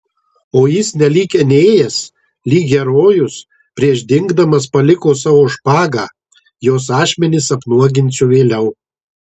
o jis nelyg enėjas lyg herojus prieš dingdamas paliko savo špagą jos ašmenis apnuoginsiu vėliau